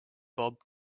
bob